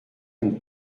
une